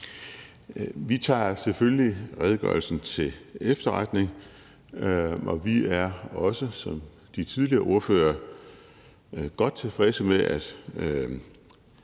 Vi tager selvfølgelig redegørelsen til efterretning, og vi er ligesom de tidligere ordførere også godt tilfredse med, at